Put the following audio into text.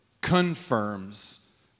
confirms